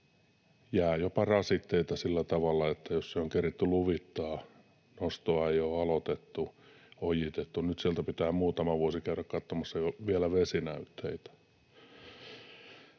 jää jopa rasitteita sillä tavalla, että jos se on keritty luvittaa, nostoa ei ole aloitettu, on ojitettu, niin nyt sieltä pitää muutama vuosi käydä katsomassa vielä vesinäytteitä.